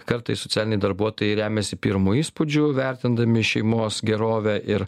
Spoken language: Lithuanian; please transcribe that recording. kartais socialiniai darbuotojai remiasi pirmu įspūdžiu vertindami šeimos gerovę ir